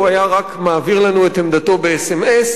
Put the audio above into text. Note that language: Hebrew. הוא היה רק מעביר לנו את עמדתו באס.אם.אס,